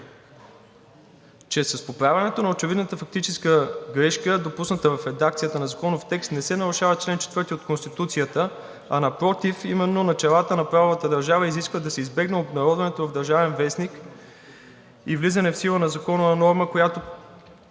че с поправянето на очевидната фактическа грешка, допусната в редакцията на законов текст, не се нарушава чл. 4 от Конституцията, а напротив, именно началата на правовата държава изискват да се избегне обнародването от „Държавен вестник“ и влизане в сила на законова норма, която